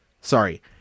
Sorry